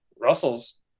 Russell's